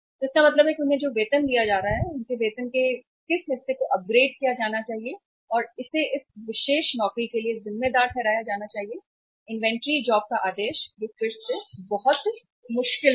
तो इसका मतलब है कि उन्हें जो वेतन दिया जा रहा है उनके वेतन के किस हिस्से को अपग्रेड किया जाना चाहिए और इसे इस विशेष नौकरी के लिए जिम्मेदार ठहराया जाना चाहिए इन्वेंट्री जॉब का आदेश जो फिर से बहुत मुश्किल है